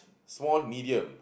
small medium